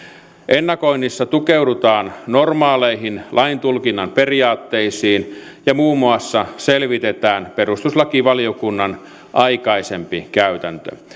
ennakoinnissa tukeudutaan normaaleihin laintulkinnan periaatteisiin ja muun muassa selvitetään perustuslakivaliokunnan aikaisempi käytäntö